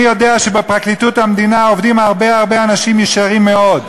אני יודע שבפרקליטות המדינה עובדים הרבה הרבה אנשים ישרים מאוד,